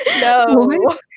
No